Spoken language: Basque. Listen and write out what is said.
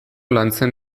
lantzen